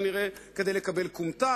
כנראה כדי לקבל כומתה,